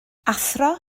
athro